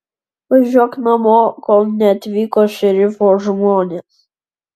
važiuok namo kol neatvyko šerifo žmonės